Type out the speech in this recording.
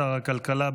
שר הכלכלה,